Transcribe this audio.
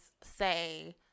say